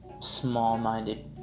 small-minded